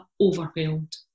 overwhelmed